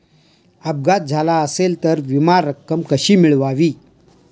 अपघात झाला असेल तर विमा रक्कम कशी मिळवावी?